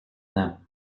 them